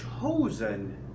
chosen